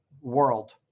world